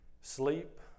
Sleep